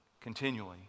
Continually